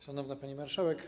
Szanowna Pani Marszałek!